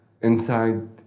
inside